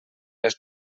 les